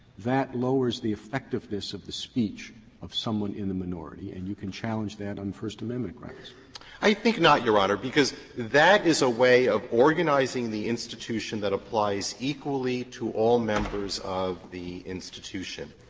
that lowers the effectiveness of the speech of someone in the minority, and you can challenge that on first amendment grounds? rosenkranz i think not, your honor, because that is a way of organizing the institution that applies equally to all members of the institution.